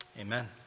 Amen